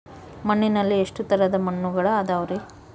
ಮಣ್ಣಿನಲ್ಲಿ ಎಷ್ಟು ತರದ ಮಣ್ಣುಗಳ ಅದವರಿ?